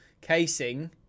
casing